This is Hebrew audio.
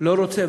לא רוצה.